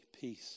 peace